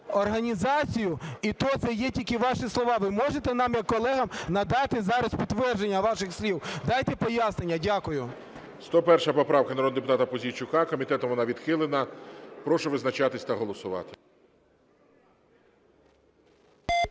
організацію, і то це є тільки ваші слова. Ви можете нам як колегам надати зараз підтвердження ваших слів? Дайте пояснення. Дякую. ГОЛОВУЮЧИЙ. 101 поправка народного депутата Пузійчука. Комітетом вона відхилена. Прошу визначатися та голосувати.